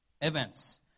events